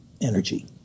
energy